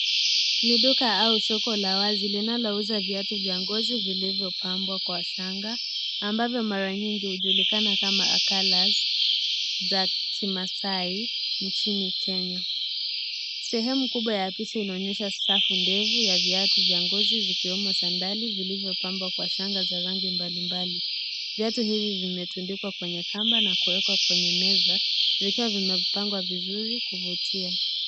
Ni duka au soko la wazi linalouza viatu vya ngozi vilivyopangwa kwa shanga, ambavyo mara nyingi hujulikana kama colors za kimaasai nchini Kenya. Sehemu kubwa ya vitu inaonyesha safu ndefu ya viatu vya ngozi zikiwemo za ndani vilivyopambwa kwa rangi mbalimbali. Viatu hivi vimetundikwa kwa kamba na kuwekwa kwenye meza vikiwa vimepangwa vizuri kuvutia.